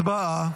הצבעה.